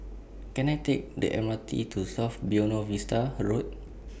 Can I Take The M R T to South Buona Vista Road